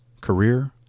career